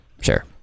Sure